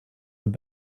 have